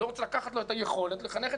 אני לא רוצה לקחת לו את היכולת לחנך את